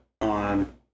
on